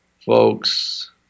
Folks